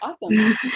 awesome